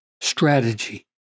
strategy